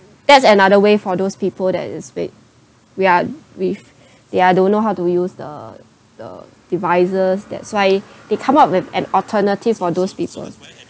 that's another way for those people that is vague we are we they are don't know how to use the the devices that's why they come up with an alternative for those people